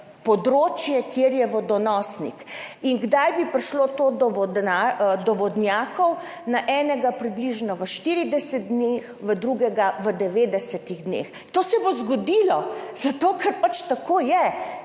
področje, kjer je vodonosnik. In kdaj bi prišlo to do vodnjakov? V enega približno v 40 dneh, v drugega v 90 dneh. To se bo zgodilo, zato ker pač tako je!